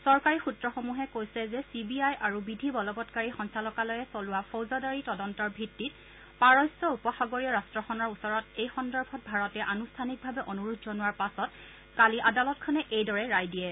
চৰকাৰী সূত্ৰসমূহে কৈছে যে চি বি আই বিধি বলৱৎকাৰী সঞ্চালকালয়ে চলোৱা ফৌজদাৰী তদস্তৰ ভিত্তিত পাৰস্য উপ সাগৰীয় ৰাট্টখনৰ ওচৰত এই সন্দৰ্ভত ভাৰতে আনুষ্ঠানিকভাৱে অনুৰোধ জনোৱাৰ পাছত কালি আদালতখনে এইদৰে ৰায় দিয়ে